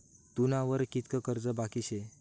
तुना वर कितलं कर्ज बाकी शे